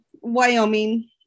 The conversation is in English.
Wyoming